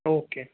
okay